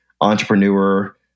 entrepreneur